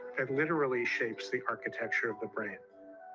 and literally shakes the architecture of the brain.